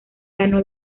ganó